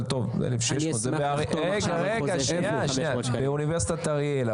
אבל טוב, 1,600. באוניברסיטת אריאל.